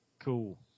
Cool